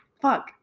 fuck